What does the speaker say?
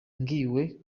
hari